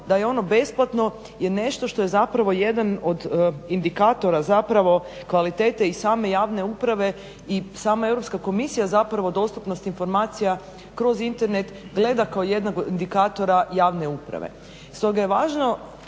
da je ono besplatno je nešto što je zapravo jedan od indikatora zapravo kvalitete i same javne uprave. I sama Europska komisija zapravo dostupnost informacija kroz Internet gleda kao jednog indikatora javne uprave. Stoga je važno